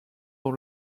dans